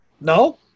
No